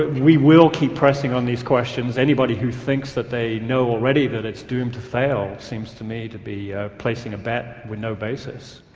we will keep pressing on these questions. anybody who thinks that they know already that it's doomed to fail seems to me to be ah placing a bet with no basis.